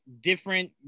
different